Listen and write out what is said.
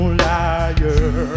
liar